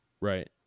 Right